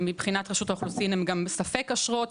ומבחינת רשות האוכלוסין הן גם בספק אשרות,